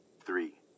Three